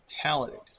talented